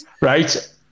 Right